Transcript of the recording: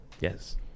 yes